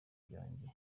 byanjye